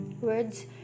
Words